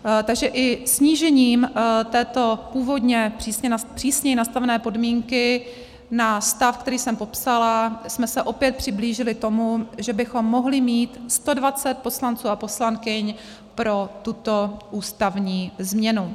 Takže i snížením této původně přísněji nastavené podmínky na stav, který jsem popsala, jsme se opět přiblížili tomu, že bychom mohli mít 120 poslanců a poslankyň pro tuto ústavní změnu.